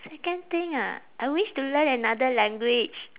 second thing ah I wish to learn another language